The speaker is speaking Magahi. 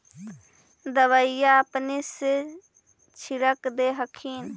दबइया अपने से छीरक दे हखिन?